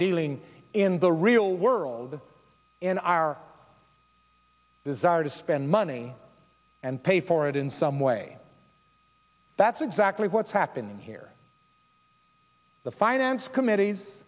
dealing in the real world in our desire to spend money and pay for it in some way that's exactly what's happening here the finance committees